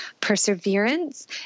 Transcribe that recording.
perseverance